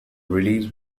release